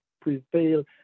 prevail